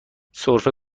سرفه